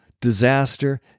disaster